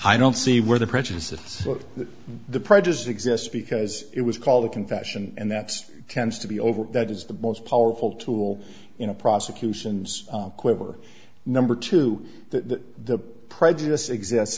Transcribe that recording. i don't see where the prejudice of the prejudice exists because it was called a confession and that's ken's to be over that is the most powerful tool in a prosecution's quiver number two that the prejudice exists